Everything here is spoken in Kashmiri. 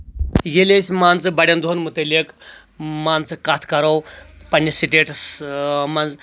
ییٚلہِ أسۍ مان ژٕ بڑٮ۪ن دۄہن متعلِق مان ژٕ کتھ کرو پننسِ سٹیٹس اۭں منٛز